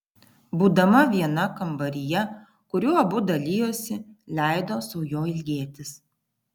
būdama viena kambaryje kuriuo abu dalijosi leido sau jo ilgėtis